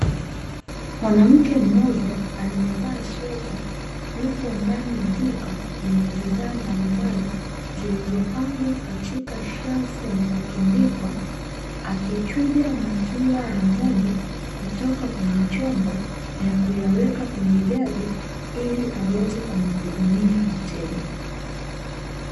Mwanamke mmoja aliyevaa sweta, yupo ndani ya duka lenye bidhaa mbalimbali, zilizopangwa katika shelfu na kutundikwa, akichuja maziwa ya ng'ombe, kutoka kwenye chombo na kuyaweka kwenye jagi, ili aweze kumhudumia mteja.